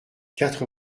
quatre